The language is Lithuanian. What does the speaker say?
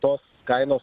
tos kainos